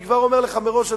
אני כבר אומר לך מראש,